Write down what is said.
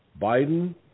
Biden